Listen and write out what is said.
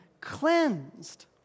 cleansed